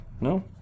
no